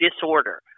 disorder